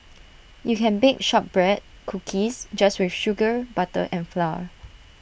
you can bake Shortbread Cookies just with sugar butter and flour